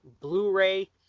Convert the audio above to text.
Blu-ray